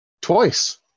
twice